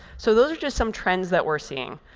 so those are just some trends that we're seeing.